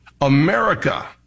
america